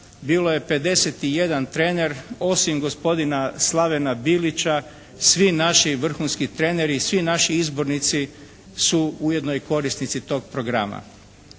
bilo je 51 trener osim gospodina Slavena Bilića svi naši vrhunski treneri, svi naši izbornici su ujedno i korisnici tog programa